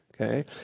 Okay